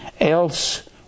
else